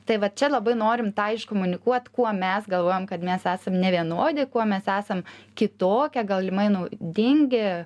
tai vat čia labai norim tą iškomunikuot kuo mes galvojam kad mes esam nevienodi kuo mes esam kitokie galimai naudingi